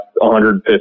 150